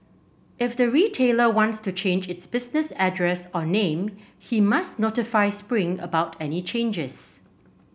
if the retailer wants to change its business address or name he must notify Spring about any changes